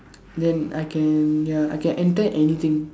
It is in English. then I can ya I can enter anything